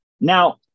Now